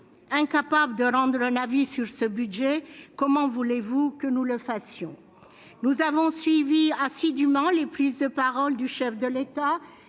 incapable de rendre un avis sur ce budget, comment pourrions-nous le faire ? Nous avons suivi assidûment les prises de parole du chef de l'État